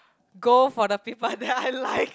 go for the people that I like